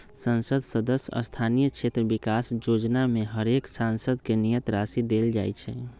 संसद सदस्य स्थानीय क्षेत्र विकास जोजना में हरेक सांसद के नियत राशि देल जाइ छइ